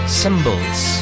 symbols